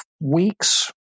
weeks